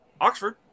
Oxford